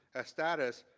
as status,